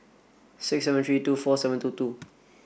six seven three two four seven two two